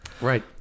Right